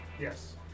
Yes